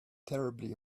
terribly